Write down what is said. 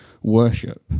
worship